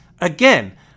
Again